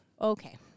Okay